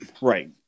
Right